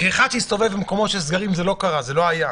כאחד שהסתובב במקומות של סגרים אני יכול להגיד שזה לא קרה.